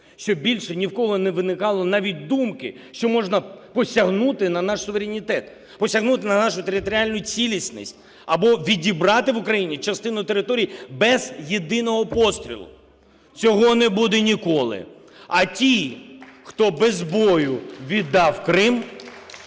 щоб більше ні в кого не виникало навіть думки, що можна посягнути на наш суверенітет, посягнути на нашу територіальну цілісність або відібрати в України частину територій без єдиного пострілу. Цього не буде ніколи. А ті, хто без бою віддав Крим,